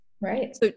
Right